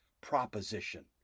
proposition